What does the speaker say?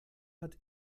hat